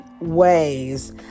ways